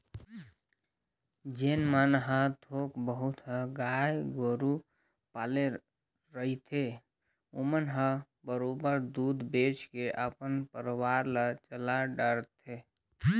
जेन मन ह थोक बहुत ह गाय गोरु पाले रहिथे ओमन ह बरोबर दूद बेंच के अपन परवार ल चला डरथे